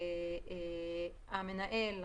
המנהל,